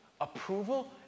Approval